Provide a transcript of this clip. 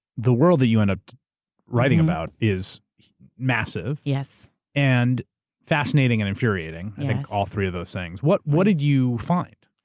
the world that you end up writing about is massive, and fascinating and infuriating, i think all three of those things. what what did you find?